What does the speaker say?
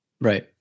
Right